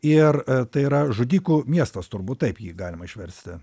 ir tai yra žudikų miestas turbūt taip jį galima išversti